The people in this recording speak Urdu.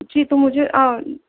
جی تو مجھے آ